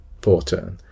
Porter